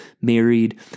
married